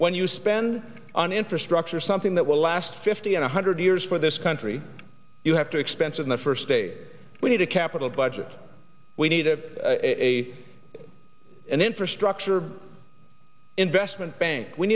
when you spend on infrastructure something that will last fifty and a hundred years for this country you have to expense in the first stage we need a capital budget we need a a an infrastructure investment bank we